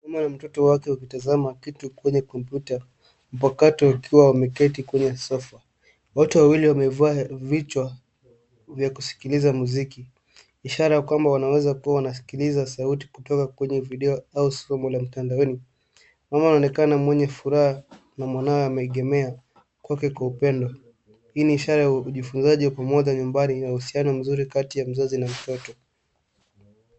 Mama na mtoto wake wakitazama kitu kwenye kompyuta mpakato wakiwa wameketi kwenye sofa. Wote wawili wamevaa vichwa vya kusikiliza mziki ishara ya kwamba wanaweza kuwa wanasikiliza sauti kutoka kwenye video au soma la mtandaoni. Mama anaonekana mwenye furaha na mwanawe ameegemea kwake kwa upendo. Hii ni ishara ya ujifunzaji wa pamoja nyumbani inahusiano mzuri kati ya mzazi na mtoto.